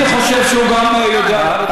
אני חושב שהוא גם יודע לענות,